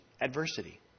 adversity